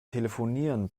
telefonieren